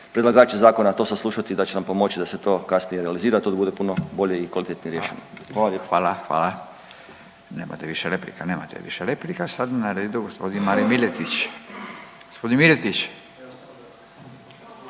predlagač zakona to saslušati i da će nam pomoći da se to kasnije realizira i to da bude puno bolje i kvalitetnije riješeno. Hvala lijepa. **Radin, Furio (Nezavisni)** Hvala. Nemate više replika, nemate više replika. Sada je na redu gospodin Marin Miletić. Gospodin Miletić,